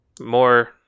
more